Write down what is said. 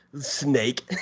snake